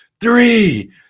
three